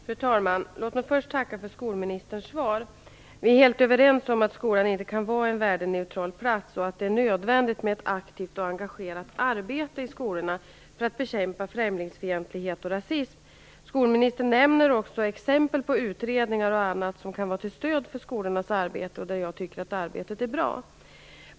Fru talman! Låt mig först tacka för skolministerns svar. Vi är helt överens om att skolan inte kan vara en värdeneutral plats och att det är nödvändigt med ett aktivt och engagerat arbete i skolorna för att bekämpa främlingsfientlighet och rasism. Skolministern nämner också exempel på utredningar och annat som kan vara till stöd för skolornas arbete och som bedriver ett arbete som jag tycker är bra.